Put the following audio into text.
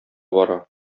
бара